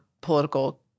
political